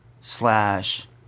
slash